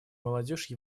молодежь